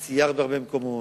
את סיירת בהרבה מקומות,